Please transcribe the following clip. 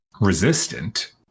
resistant